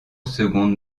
seconde